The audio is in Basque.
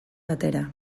batera